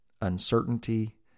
uncertainty